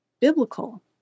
biblical